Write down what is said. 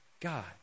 God